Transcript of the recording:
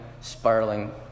spiraling